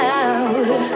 out